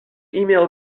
email